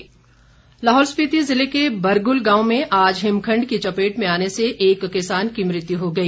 हिमखण्ड लाहौल स्पीति ज़िले के बरगुल गांव में आज हिमखण्ड की चपेट में आने से एक किसान की मृत्यु हो गई